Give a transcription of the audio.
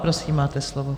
Prosím, máte slovo.